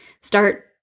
start